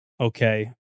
okay